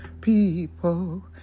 people